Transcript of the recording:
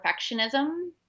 perfectionism